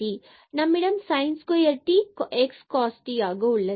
நம்மிடம் sin square t மற்றும் x cos t ஆக உள்ளது